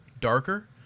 darker